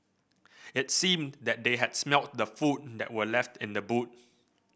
it seemed that they had smelt the food that were left in the boot